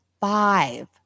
five